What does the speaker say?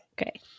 Okay